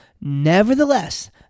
Nevertheless